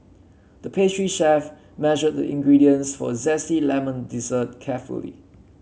the pastry chef measured the ingredients for a zesty lemon dessert carefully